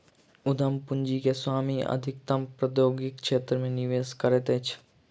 उद्यम पूंजी के स्वामी अधिकतम प्रौद्योगिकी क्षेत्र मे निवेश करैत अछि